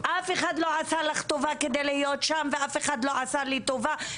אף אחד לא עשה לך טובה כדי להיות שם ואף אחד לא עשה לי טובה,